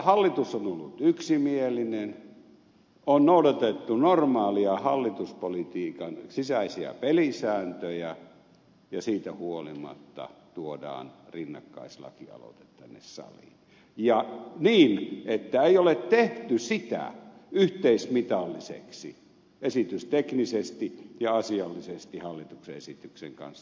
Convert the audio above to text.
hallitus on ollut yksimielinen on noudatettu normaaleja hallituspolitiikan sisäisiä pelisääntöjä ja siitä huolimatta tuodaan rinnakkaislaki aloite tänne saliin ja niin että ei ole tehty sitä yhteismitalliseksi esitysteknisesti ja asiallisesti hallituksen esityksen kanssa